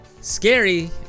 scary